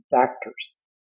factors